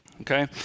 okay